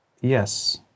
yes